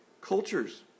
cultures